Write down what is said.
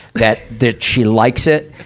that, that she likes it.